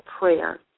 prayer